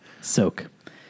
Soak